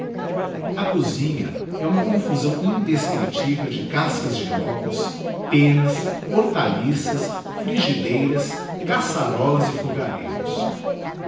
a cosinha é uma confusão indescriptivel de cascas d'ovo pennas hortaliças frigideiras caçarolas e fogareiros